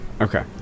Okay